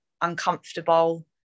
uncomfortable